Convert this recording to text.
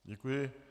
Děkuji.